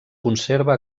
conserva